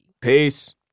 Peace